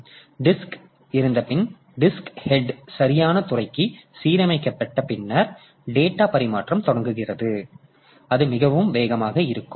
எனவே டிஸ்க் இருந்தபின் disk head சரியான துறைக்கு சீரமைக்கப்பட்ட பின்னர் டேட்டா பரிமாற்றம் தொடங்குகிறது அது மிகவும் வேகமாக இருக்கும்